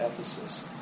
Ephesus